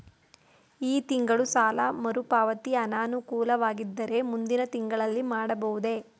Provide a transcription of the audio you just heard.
ಈ ತಿಂಗಳು ಸಾಲ ಮರುಪಾವತಿ ಅನಾನುಕೂಲವಾಗಿದ್ದರೆ ಮುಂದಿನ ತಿಂಗಳಲ್ಲಿ ಮಾಡಬಹುದೇ?